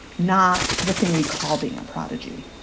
not the thing we call being a prodigy,